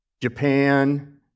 Japan